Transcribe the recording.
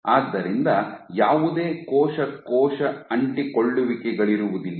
ಆದ್ದರಿಂದ ಯಾವುದೇ ಕೋಶ ಕೋಶ ಅಂಟಿಕೊಳ್ಳುವಿಕೆಗಳಿರುವುದಿಲ್ಲ